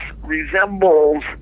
resembles